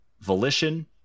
Volition